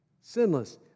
sinless